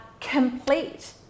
complete